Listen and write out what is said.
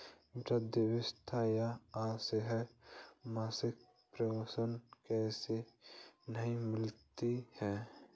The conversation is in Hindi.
वृद्धावस्था या असहाय मासिक पेंशन किसे नहीं मिलती है?